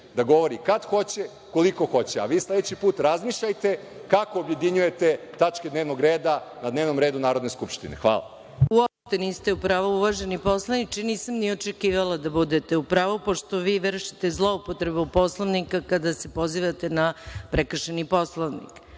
da govori kad hoće, koliko hoće, a vi sledeći put razmišljajte kako objedinjujete tačke dnevnog reda na dnevnom redu Narodne skupštine. Hvala. **Maja Gojković** Uopšte niste u pravu, uvaženi poslaniče. Nisam ni očekivala da budete u pravu, pošto vi vršite zloupotrebu Poslovnika kada se pozivate na prekršeni Poslovnik. Vrlo